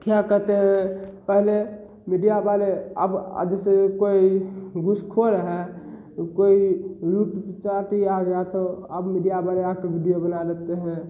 क्या कहते हैं पहले मीडिया वाले अब अब से कोई घूसखोर है कोई लूट करके आ गया तो अब मीडिया वाले आपका वीडियो बना लेते हैं